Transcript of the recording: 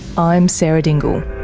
i'm sarah dingle.